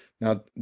now